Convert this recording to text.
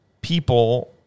people